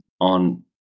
on